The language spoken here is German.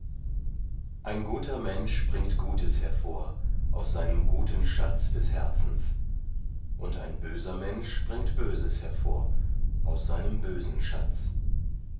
ein guter mensch bringt gutes hervor aus seinem guten schatz des herzens und ein böser mensch bringt böses hervor aus seinem bösen schatz